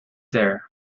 there